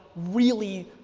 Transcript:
really,